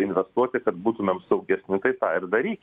investuoti kad būtumėm saugesni tai tą ir darykim